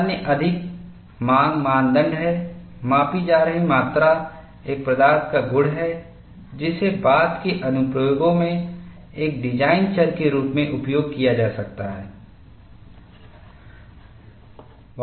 अन्य अधिक मांग मानदंड है मापी जा रही मात्रा एक प्रदार्थ का गुण है जिसे बाद के अनुप्रयोगों में एक डिजाइन चर के रूप में उपयोग किया जा सकता है